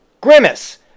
Grimace